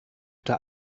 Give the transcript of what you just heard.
der